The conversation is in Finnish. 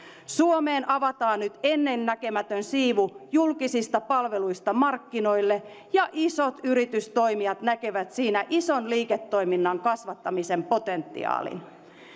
suomeen avataan nyt ennennäkemätön siivu julkisista palveluista markkinoille ja isot yritystoimijat näkevät siinä ison liiketoiminnan kasvattamisen potentiaalin